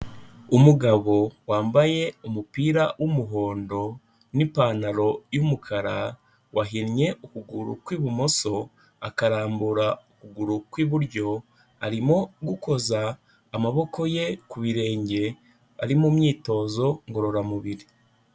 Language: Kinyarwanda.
Umugabo wambaye umupira w'umuhondo n'ipantaro y'umukara, wahinnye ukuguru kw'ibumoso, akarambura ukuguru kw'iburyo, arimo gukoza amaboko ye ku birenge, ari mu myitozo ngororamubiri.